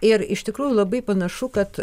ir iš tikrųjų labai panašu kad